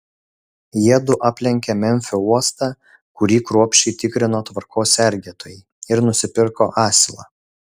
jiedu aplenkė memfio uostą kurį kruopščiai tikrino tvarkos sergėtojai ir nusipirko asilą